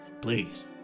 Please